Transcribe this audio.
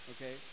Okay